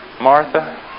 Martha